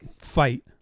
fight